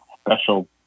special